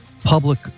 public